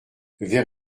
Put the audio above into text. vers